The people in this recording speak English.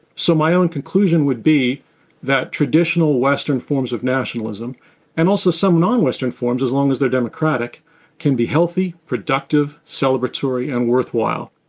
so my own conclusion would be that traditional western forms of nationalism and also some non-western forms, as long as they're democratic can be healthy, productive, celebratory, and worthwhile.